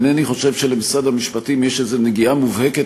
אינני חושב שלמשרד המשפטים יש איזו נגיעה מובהקת